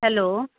hello